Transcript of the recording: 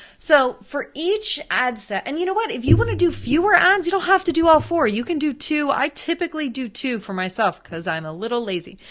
so for each ad set, and you know what, if you want to do fewer ads, you don't have to do all four, you can do two. i typically do two for myself, cause i'm a little lazy.